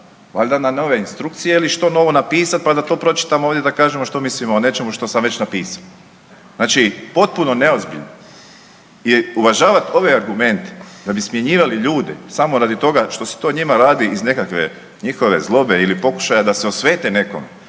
valjda na nove instrukcije ili što novo napisat pa da to pročitamo ovdje da kažemo što mislimo o nečemu što sam već napisao. Znači potpuno neozbiljno. Jer uvažavat ove argumente da bi smjenjivali ljude samo zbog toga što se to njima radi iz nekakve njihove zlobe ili pokušaja da se osvete nekom